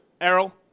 Errol